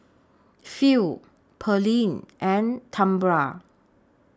Phil Pearlene and Tambra